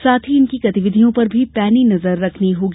साथ ही इनकी गतिविधियों पर पैनी नजर रखनी होगी